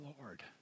Lord